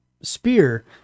spear